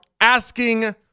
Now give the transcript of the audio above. asking